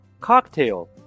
Cocktail